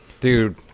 Dude